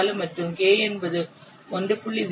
4 மற்றும் k என்பது 1